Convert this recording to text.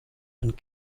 and